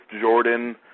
Jordan